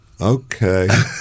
okay